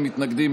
אין מתנגדים,